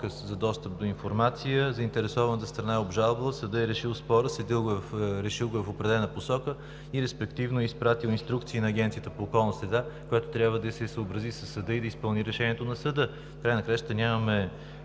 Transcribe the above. за достъп до информация, заинтересованата страна е обжалвала, съдът е решил спора. Решил го е в определена посока и респективно е изпратил инструкции на Агенцията по околна среда, която трябва да се съобрази със съда и да изпълни решението на съда. В края на краищата, нямаме